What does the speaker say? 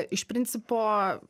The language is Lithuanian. iš principo